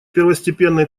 первостепенной